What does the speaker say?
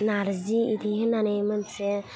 नारजि बिदि होनानै मोनसे